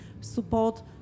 support